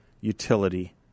utility